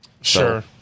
Sure